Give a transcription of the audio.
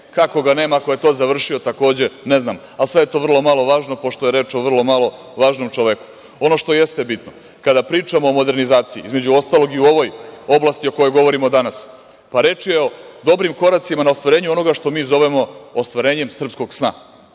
Kako ga nema ako je to završio, tako ne znamo, ali sve je to vrlo malo važno pošto je reč o vrlo malo važnom čoveku. Ono što jeste bitno, kada pričamo o modernizaciji, između ostalog i u ovoj oblasti o kojoj govorimo danas, pa reč je o dobrim koracima na ostvarenju onoga što mi zovemo ostvarenjem srpskog sna,